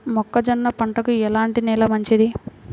మొక్క జొన్న పంటకు ఎలాంటి నేల మంచిది?